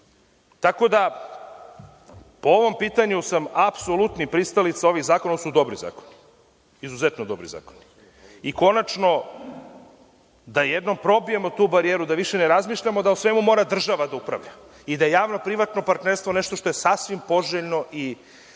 da, po ovom pitanju sam apsolutni pristalica ovi zakona. Ovo su dobri zakoni. Izuzetno dobri zakoni. Konačno da jednom probijemo tu barijeru, da više ne razmišljamo da o svemu mora država da upravlja i da javno-privatno partnerstvo nešto što je sasvim poželjno i